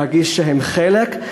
להרגיש שהם חלק,